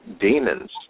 demons